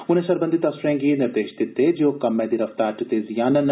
उनें सरबंधत अफसरें गी निर्देश दित्ते जे ओह् कम्मै दी रफ्तार च तेजी आह्नन